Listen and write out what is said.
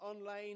online